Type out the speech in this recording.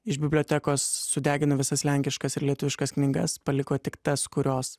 iš bibliotekos sudegino visas lenkiškas ir lietuviškas knygas paliko tik tas kurios